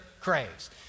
craves